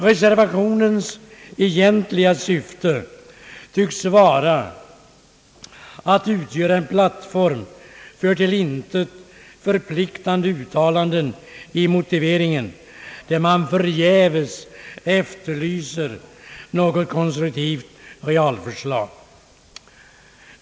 Reservationens egentliga syfte tycks vara att utgöra en plattform för till intet förpliktande uttalanden i motiveringen, där man förgäves efterlyser något konstruktivt realförslag.